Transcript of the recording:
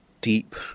deep